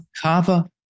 Kava